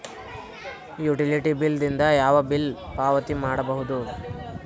Utility bill ದಿಂದ ಯಾವ ಯಾವ ಬಿಲ್ ಪಾವತಿ ಮಾಡಬಹುದು?